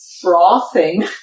frothing